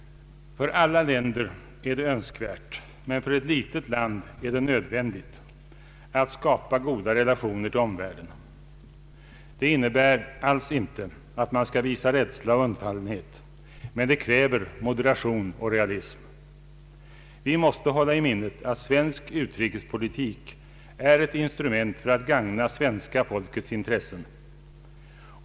För alla länder är det önskvärt, men för ett litet land är det nödvändigt att skapa goda relationer till omvärlden. Detta innebär alls inte att man skall visa rädsla och undfallenhet, men det kräver moderation och realism. Vi måste hålla i minnet att svensk utrikespolitik är ett instrument för att gagna det svenska folkets intressen.